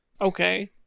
Okay